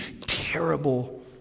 terrible